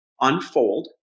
unfold